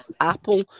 Apple